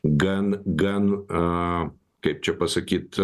gan gan a kaip čia pasakyt